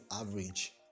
average